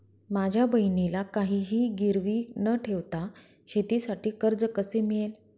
माझ्या बहिणीला काहिही गिरवी न ठेवता शेतीसाठी कर्ज कसे मिळेल?